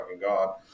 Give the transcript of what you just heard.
God